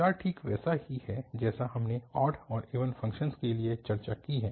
विचार ठीक वैसा ही है जैसा हमने ऑड और इवन फ़ंक्शन्स के लिए चर्चा की है